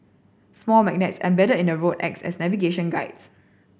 small magnets embedded in the road act as navigation guides